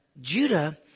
Judah